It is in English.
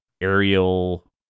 aerial